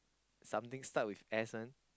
something start with S one